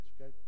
okay